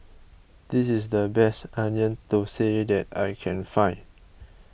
this is the best Onion Thosai that I can find